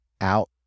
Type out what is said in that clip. out